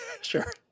Sure